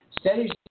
Studies